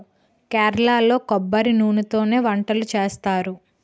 కేరళలో కొబ్బరి నూనెతోనే వంటలు చేస్తారు